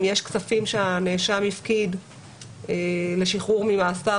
אם יש כספים שהנאשם הפקיד לשחרור ממאסר,